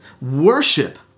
Worship